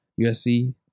USC